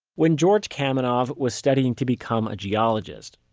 when george kamenov was studying to become a geologist,